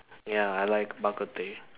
ya I like Bak-Kut-Teh